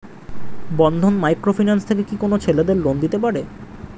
বন্ধন micro finance থেকে কি কোন ছেলেদের লোন দিতে পারে?